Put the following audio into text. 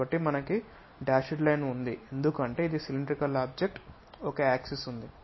కాబట్టి మనకు dashed line ఉంది ఎందుకంటే ఇది సిలిండ్రికల్ ఆబ్జెక్ట్ ఒక యాక్సిస్ ఉంది